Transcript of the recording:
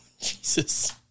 Jesus